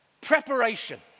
Preparation